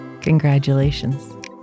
Congratulations